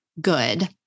good